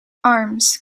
arms